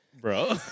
Bro